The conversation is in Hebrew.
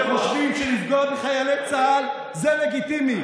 שחושבים שלפגוע בחיילי צה"ל זה לגיטימי.